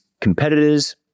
competitors